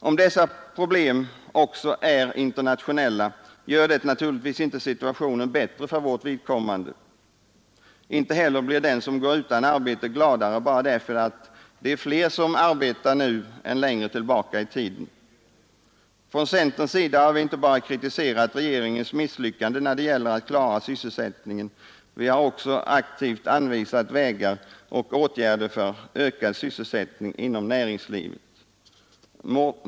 Om dessa problem också är internationella gör det naturligtvis inte situationen bättre för vårt vidkommande. Inte heller blir den som går utan arbete gladare bara därför att det är fler som arbetar nu än längre tillbaka i tiden. Från centerns sida har vi inte bara kritiserat regeringens misslyckaden när det gäller att klara sysselsättningen, utan vi har också aktivt anvisat vägar och åtgärder för ökad sysselsättning inom näringslivet.